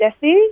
Jesse